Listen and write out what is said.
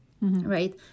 right